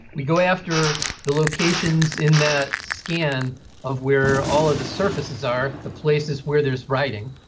we go after the locations in the scan of where all the surfaces are, the places where there is writing,